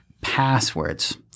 passwords